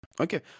Okay